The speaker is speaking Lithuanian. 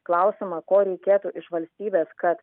klausiama ko reikėtų iš valstybės kad